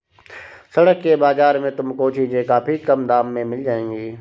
सड़क के बाजार में तुमको चीजें काफी कम दाम में मिल जाएंगी